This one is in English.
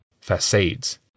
facades